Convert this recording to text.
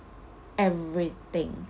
everything